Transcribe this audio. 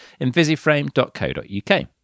invisiframe.co.uk